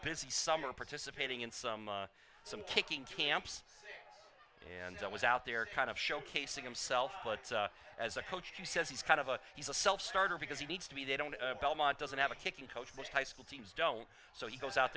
busy summer participating in some some kicking camps and it was out there kind of showcasing himself but as a coach he says he's kind of a he's a self starter because he needs to be they don't doesn't have a kicking coach which high school teams don't so he goes out